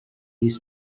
east